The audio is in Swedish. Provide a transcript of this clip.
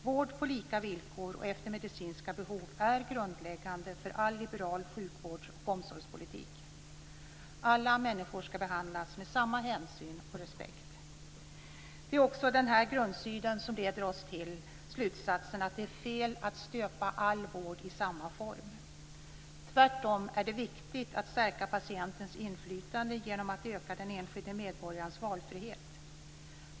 Vård på lika villkor och efter medicinska behov är grundläggande för all liberal sjukvårds och omsorgspolitik. Alla människor ska behandlas med samma hänsyn och respekt. Det är också denna grundsyn som leder oss till slutsatsen att det är fel att stöpa all vård i samma form. Tvärtom är det viktigt att stärka patientens inflytande genom att öka den enskilde medborgarens valfrihet.